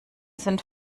sind